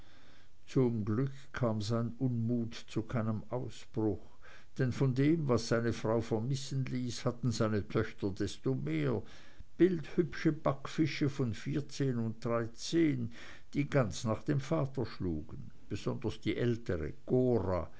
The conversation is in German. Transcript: zum glück kam sein unmut zu keinem ausbruch denn von dem was seine frau vermissen ließ hatten seine töchter desto mehr bildhübsche backfische von vierzehn und dreizehn die ganz nach dem vater schlugen besonders die ältere cora